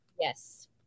Yes